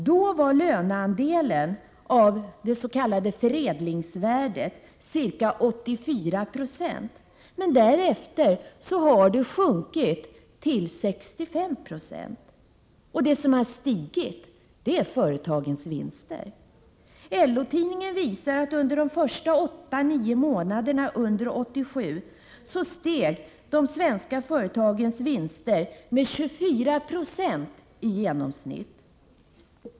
Då var löneandelen av det s.k. förädlingsvärdet ca 84 6, men därefter har det sjunkit till 65 26. Det som har stigit är företagens vinster. LO-tidningen visar att de svenska företagens vinster steg med i genomsnitt 24 90 under de första åtta nio månaderna 1987.